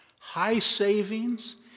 high-savings